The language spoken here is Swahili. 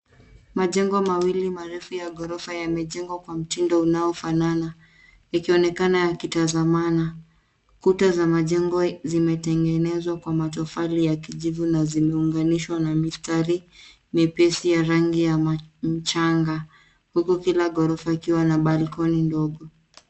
Majengo mawili marefu ya ghorofa yamejengwa kwa mtindo unaofanana yakionekana yakitazamana. Kuta za majengo zimetengenezwa kwa matofali ya kijivu na zimeunganishwa na mistari mepesi ya rangi ya mchanga huku kila ghorofa ikiwana balcony ndogo.